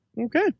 Okay